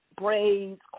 braids